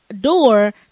door